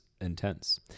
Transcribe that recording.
intense